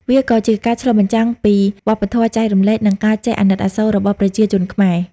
វាក៏ជាការឆ្លុះបញ្ចាំងពីវប្បធម៌ចែករំលែក និងការចេះអាណិតអាសូររបស់ប្រជាជនខ្មែរ។